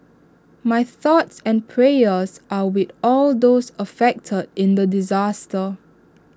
my thoughts and prayers are with all those affected in the disaster